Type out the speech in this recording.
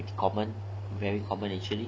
common very combination